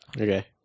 Okay